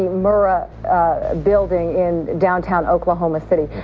murrah building in downtown oklahoma city.